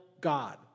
God